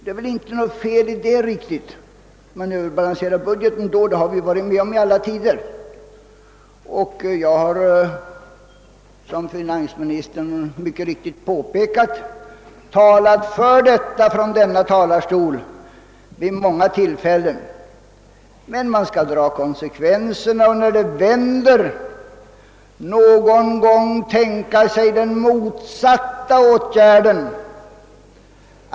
En överbalansering är väl inte något fel i och för sig. Budgeten har ju överbalanserats i långa tider och såsom finansministern mycket riktigt påpekat har jag vid många tillfällen från denna talarstol talat för en överbalansering. Men man skall dra konsekvenserna och när det vänder kunna tänka sig den motsatta åtgärden.